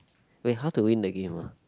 wait how do win the game ah